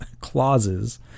clauses